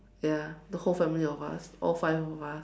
ya the whole family of us all five of us